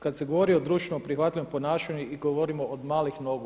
Kad se govori o društveno-prihvatljivom ponašanju i govorimo od malih nogu.